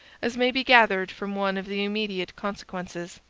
as may be gathered from one of the immediate consequences.